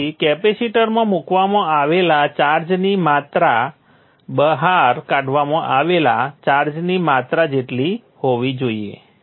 તેથી કેપેસિટરમાં મૂકવામાં આવેલા ચાર્જની માત્રા બહાર કાઢવામાં આવેલા ચાર્જની માત્રા જેટલી હોવી જોઈએ